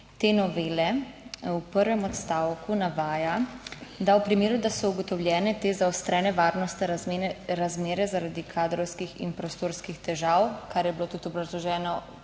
te novele v prvem odstavku navaja, da v primeru, da so ugotovljene te zaostrene varnostne razmere zaradi kadrovskih in prostorskih težav - kar je bilo tudi obrazloženo